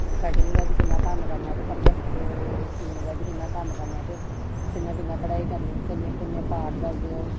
cutting दा बी कियां कम्म करना ते कपडे़ सीने दा बी कियां कम्म करना ते कियां कियां कढाई करनी किन्ने किन्ने पार्ट दसदे ओह्